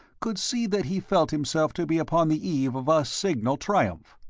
could see that he felt himself to be upon the eve of a signal triumph.